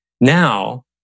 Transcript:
Now